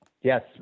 Yes